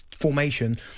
formation